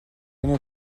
año